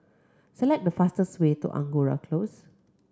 select the fastest way to Angora Close